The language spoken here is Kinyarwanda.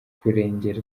kurengera